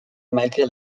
malgré